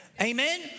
Amen